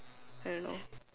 I don't know